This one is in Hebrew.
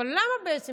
אבל למה בעצם